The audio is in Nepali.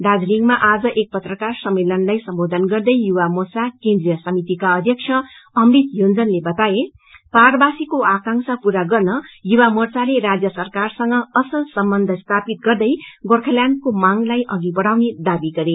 दार्जीलिङमा आज एउटा पत्रकार सम्मेलनलाई सम्बोधन गर्दै युवा मोर्चा केन्द्रीय समितिका अध्यक्ष अमृत योंजनले बताए पहाड़पासीको आकांक्षा पूरा गर्न युवा मोद्यले राज्य सरकारसंग असल सम्बन्ध स्थापित गर्दै गोर्खाल्याण्डको मांगलाई अघि बढाउने दावी गरे